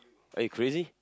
are you crazy